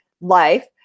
life